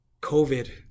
COVID